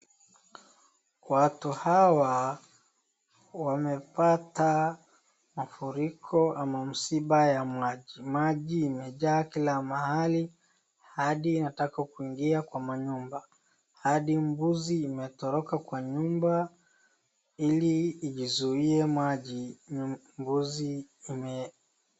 Watu hawa wamepata mafuriko ama msiba ya maji. Maji imejaa kila mahali hadi inataka kuingia kwa manyumba. Hadi mbuzi imetoroka kwa nyumba ili ijizuie maji mbuzi imee.....